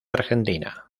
argentina